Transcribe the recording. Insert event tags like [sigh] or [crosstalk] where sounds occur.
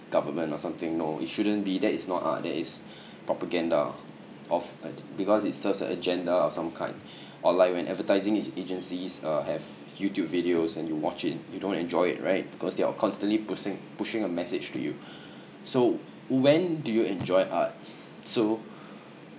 government or something no it shouldn't be that is not art that is [breath] propaganda of a because it's such an agenda of some kind [breath] or like when advertising agencies uh have youtube videos and you watch it you don't enjoy it right because they're constantly pushing pushing a message to you [breath] so when do you enjoy art so